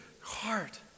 heart